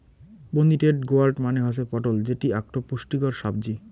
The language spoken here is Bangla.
পোনিটেড গোয়ার্ড মানে হসে পটল যেটি আকটো পুষ্টিকর সাব্জি